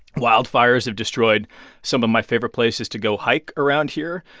wildfires have destroyed some of my favorite places to go hike around here.